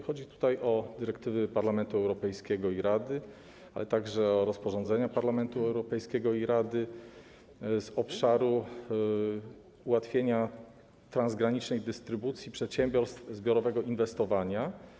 Chodzi o dyrektywy Parlamentu Europejskiego i Rady, ale także o rozporządzenia Parlamentu Europejskiego i Rady z obszaru obejmującego ułatwienia transgranicznej dystrybucji przedsiębiorstw zbiorowego inwestowania.